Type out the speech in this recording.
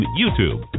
YouTube